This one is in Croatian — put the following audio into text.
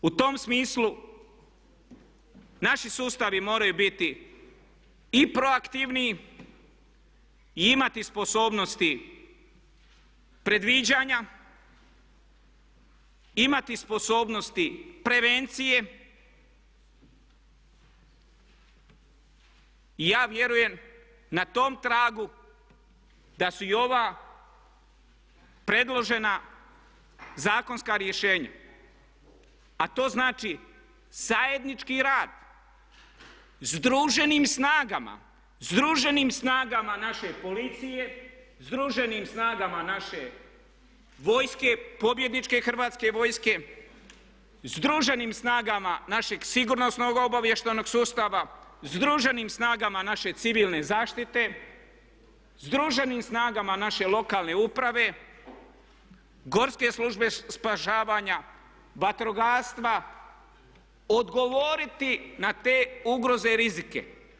U tom smislu naši sustavi moraju biti i proaktivniji i imati sposobnosti predviđanja, imati sposobnosti prevencije i ja vjerujem na tom tragu da su i ova predložena zakonska rješenja, a to znači zajednički rad združenim snagama, združenim snagama naše policije, združenim snagama naše vojske, pobjedničke Hrvatske vojske, združenim snagama našeg sigurnosno-obavještajnog sustava, združenim snagama naše civilne zaštite, združenim snagama naše lokalne uprave, Gorske službe spašavanja, vatrogastva odgovoriti na te ugroze i rizike.